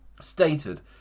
stated